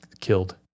killed